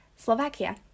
Slovakia